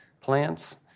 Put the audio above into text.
plants